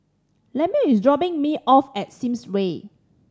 Lemuel is dropping me off at Sims Way